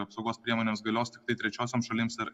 apsaugos priemonės galios ir trečiosioms šalims ir